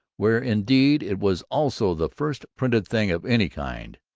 where, indeed, it was also the first printed thing of any kind.